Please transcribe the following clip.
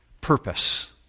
purpose